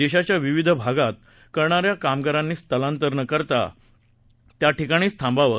देशाच्या विविध भागात काम करणाऱ्या कामगारांनी स्थलांतर न करता आहेत त्या ठिकाणीच थांबावं